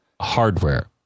Hardware